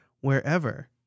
wherever